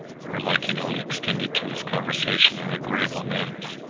her liking only extended to his conversation and agreeable manners,